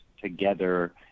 together